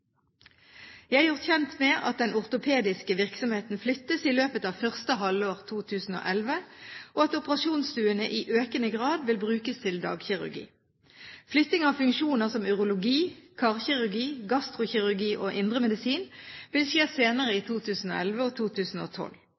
Jeg er gjort kjent med at den ortopediske virksomheten flyttes i løpet av første halvår 2011, og at operasjonsstuene i økende grad vil brukes til dagkirurgi. Flytting av funksjoner som urologi, karkirurgi, gastrokirurgi og indremedisin vil skje senere i 2011 og 2012.